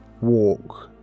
walk